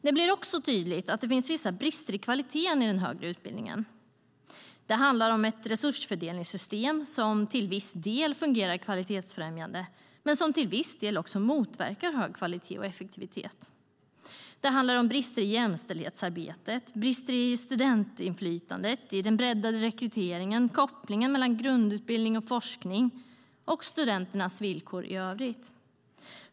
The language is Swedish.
Det blir också tydligt att det finns vissa brister i kvaliteten i den högre utbildningen. Det handlar om ett resursfördelningssystem som till viss del fungerar kvalitetsfrämjande, men som till viss del också motverkar hög kvalitet och effektivitet. Det handlar om brister i jämställdhetsarbetet, i studentinflytandet, i den breddade rekryteringen, i kopplingen mellan grundutbildning och forskning och i studenternas villkor i övrigt.